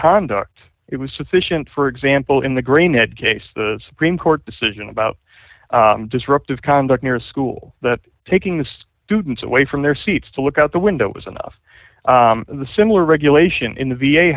conduct it was sufficient for example in the green at case the supreme court decision about disruptive conduct near a school that taking this students away from their seats to look out the window was enough the similar regulation in the v